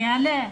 אני מדבר,